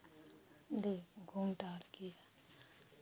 दिए घूम टहल किए